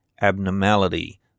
abnormality